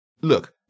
Look